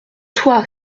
toi